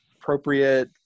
appropriate